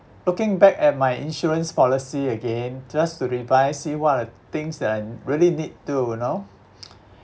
looking back at my insurance policy again just to revise see what are things that I really need to you know